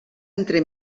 entre